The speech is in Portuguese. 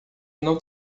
não